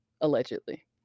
allegedly